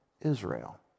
Israel